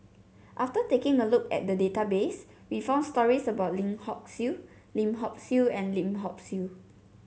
after taking a look at the database we found stories about Lim Hock Siew Lim Hock Siew and Lim Hock Siew